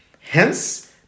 Hence